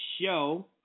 show